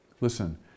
listen